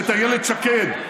את אילת שקד,